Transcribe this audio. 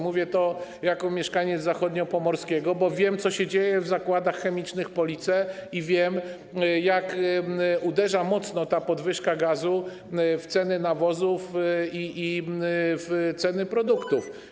Mówię to jako mieszkaniec Zachodniopomorskiego, bo wiem, co się dzieje w zakładach chemicznych Police, i wiem, jak mocno ta podwyżka gazu uderza w ceny nawozów i w ceny produktów.